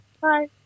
Bye